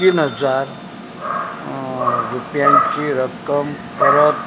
तीन हजार रुपयांची रक्कम परत